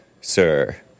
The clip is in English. sir